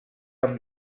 amb